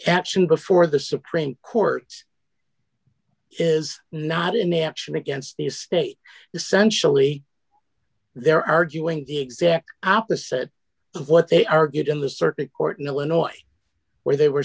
action before the supreme court is not in the action against the state essentially they're arguing the exact opposite of what they argued in the circuit court in illinois where they were